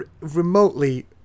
remotely